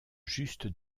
juste